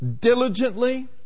diligently